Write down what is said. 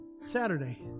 Saturday